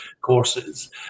courses